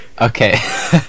Okay